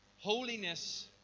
holiness